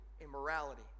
immorality